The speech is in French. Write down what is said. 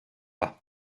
pas